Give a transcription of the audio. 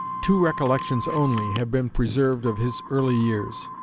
two recollections only have been preserved of his early years.